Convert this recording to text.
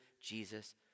Jesus